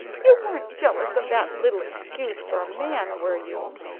you weren't jealous of that little excuse for a man, were you?